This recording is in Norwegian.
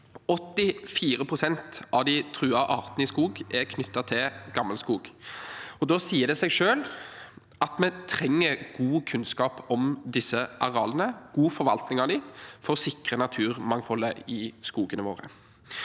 pst. av de truede artene i skog er knyttet til gammelskog. Da sier det seg selv at vi trenger god kunnskap om disse arealene og god forvaltning av dem, for å sikre naturmangfoldet i skogene.